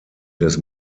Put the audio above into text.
des